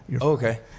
Okay